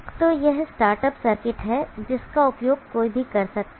तो यह start up circuit है जिसका उपयोग कोई भी कर सकता है